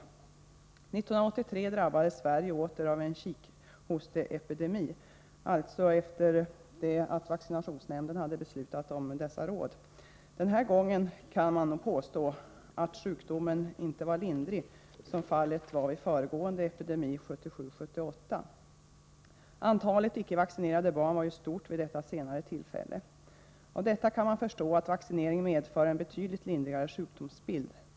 År 1983 drabbades Sverige åter av en kikhosteepidemi, alltså efter det att vaccinationsnämnden hade utfärdat sin rekommendation. Man kan nog påstå att sjukdomen den här gången inte var lindrig, som fallet var vid föregående epidemi 1977-1978. Vid det sistnämnda tillfället var ju antalet icke vaccinerade barn stort. Av detta kan man förstå att vaccinering medför en betydligt lindrigare sjukdomsbild.